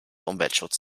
umweltschutz